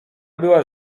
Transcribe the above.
była